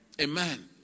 Amen